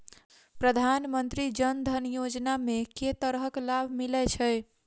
प्रधानमंत्री जनधन योजना मे केँ तरहक लाभ मिलय छै?